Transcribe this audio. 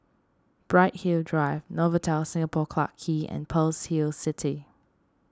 Bright Hill Drive Novotel Singapore Clarke Quay and Pearl's Hill City